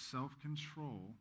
Self-control